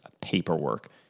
paperwork